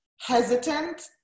hesitant